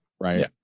Right